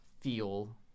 feel